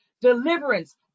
deliverance